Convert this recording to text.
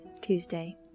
Tuesday